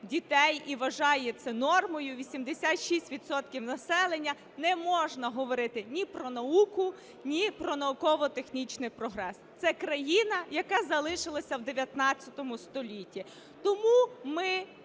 і вважає це нормою, 86 відсотків населення, не можна говорити ні про науку, ні про науково-технічний прогрес, це країна, яка залишилась в ХІХ столітті. Тому ми